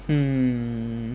hmm